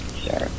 Sure